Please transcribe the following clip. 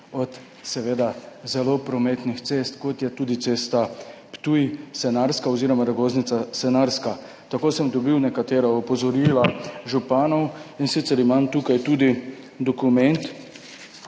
lepše od zelo prometnih cest, kot je tudi cesta Ptuj–Senarska oziroma Rogoznica–Senarska. Tako sem dobil opozorila nekaterih županov, in sicer imam tukaj tudi dokument